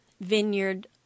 Vineyard